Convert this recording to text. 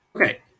Okay